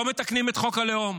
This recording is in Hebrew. לא מתקנים את חוק הלאום,